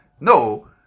No